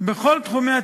בכל תחומי התורה.